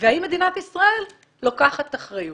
והאם מדינת ישראל לוקחת אחריות.